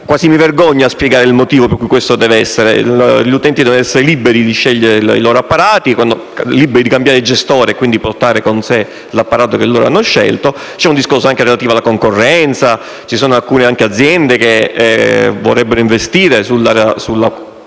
quasi mi vergogno a spiegare il motivo per cui questo deve essere. Gli utenti devono essere liberi di scegliere i loro apparati e liberi di cambiare il gestore, portando con sé l'apparato che hanno scelto. C'è anche un discorso relativo alla concorrenza: ci sono alcune aziende che vorrebbero investire sulla